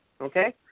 okay